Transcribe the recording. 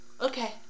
Okay